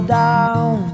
down